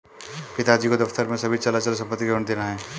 पिताजी को दफ्तर में सभी चल अचल संपत्ति का विवरण देना है